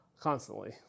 constantly